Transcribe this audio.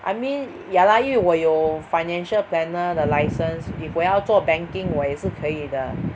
I mean ya lah 因为我有 financial planner 的 license if 我要做 banking 我也是可以的